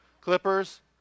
Clippers